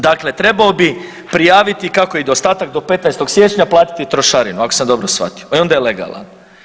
Dakle, trebao bi prijaviti kako ide ostatak do 15. siječnja, platiti trošarinu ako sam dobro shvatio i onda je legalan.